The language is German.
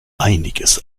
einiges